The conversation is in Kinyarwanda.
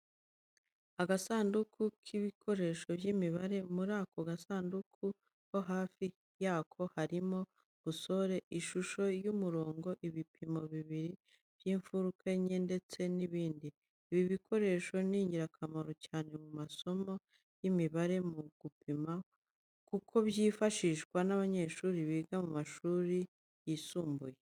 Agasanduku k'ibikoresho by'imibare, muri ako gasanduku no hafi yako harimo busole, ishusho y'umurongo, ibipimo bibiri by'imfuruka enye ndetse n'ibindi. Ibi bikoresho ni ingirakamaro cyane mu isomo ry'imibare mu gupima kuko byifashishwa n'abanyeshuri biga mu ishuri ryisumbuye.